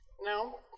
No